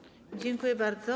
Dziękuję bardzo.